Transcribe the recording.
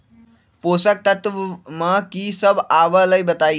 पोषक तत्व म की सब आबलई बताई?